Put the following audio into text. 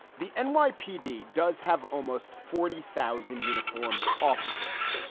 the and nypd does have almost forty thousand uniformed officers.